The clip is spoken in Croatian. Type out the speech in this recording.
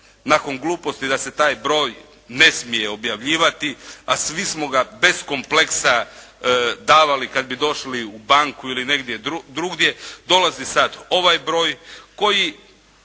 nakon gluposti da se taj broj ne smije objavljivati a svi smo ga bez kompleksa davali kad bi došli u banku ili negdje drugdje dolazi sada ovaj broj koji